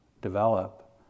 develop